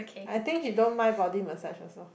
I think he don't mind body massage also